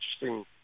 interesting